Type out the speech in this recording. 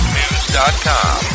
news.com